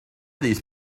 these